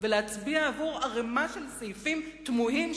ולהצביע עבור ערימה של סעיפים תמוהים,